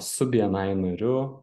su bni nariu